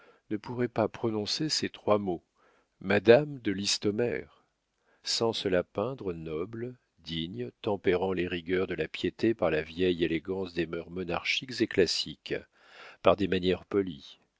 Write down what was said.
ne pourraient pas prononcer ces trois mots madame de listomère sans se la peindre noble digne tempérant les rigueurs de la piété par la vieille élégance des mœurs monarchiques et classiques par des manières polies